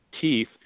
teeth